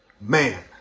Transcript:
Man